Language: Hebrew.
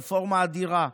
רפורמה אדירה,